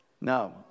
no